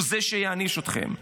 הוא זה שיעניש אתכם.